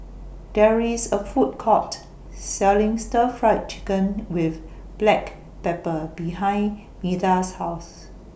There IS A Food Court Selling Stir Fry Chicken with Black Pepper behind Meda's House